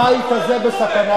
הבית הזה בסכנה.